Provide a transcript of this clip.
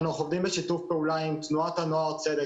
אנחנו עובדים בשיתוף פעולה ען תנועת הנוער צדק